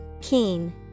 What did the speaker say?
Keen